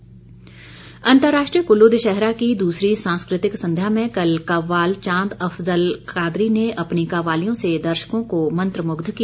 कुल्लू दशहरा अंतर्राष्ट्रीय कुल्लू दशहरा की दूसरी सांस्कृतिक संध्या में कल कव्वाल चांद अफजल कादरी ने अपनी कव्वालियों से दर्शकों को मत्रमुग्ध किया